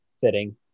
Fitting